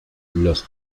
los